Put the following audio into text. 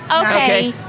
Okay